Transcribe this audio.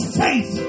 faith